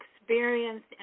Experienced